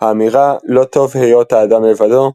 האמירה "לא-טוב היות האדם לבדו",